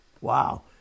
Wow